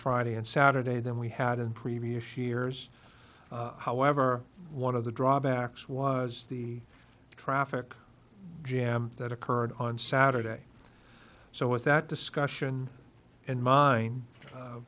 friday and saturday than we had in previous years however one of the drawbacks was the traffic jam that occurred on saturday so with that discussion in min